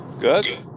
Good